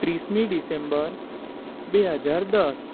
ત્રીસમી December બે હજાર દસ